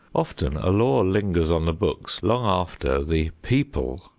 often a law lingers on the books long after the people,